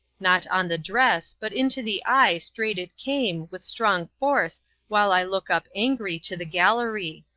not on the dress but into the eye strait it came with strong force while i look up angry to the gallary.